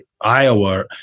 Iowa